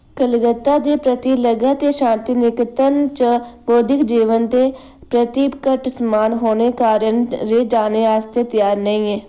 कलकत्ता दे प्रति लगा ते शांति निकेतन च बौद्धिक जीवन दे प्रति घट्ट सम्मान होने कारण रे जाने आस्तै त्यार नेईं ऐ